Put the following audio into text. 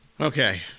Okay